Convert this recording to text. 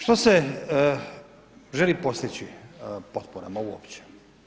Što se želi postići potporama uopće?